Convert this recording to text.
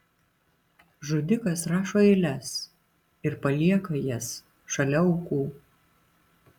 žudikas rašo eiles ir palieka jas šalia aukų